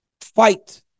fight